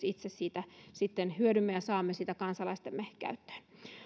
itse siitä hyödymme ja saamme sitä kansalaistemme käyttöön